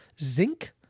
Zinc